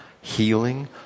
healing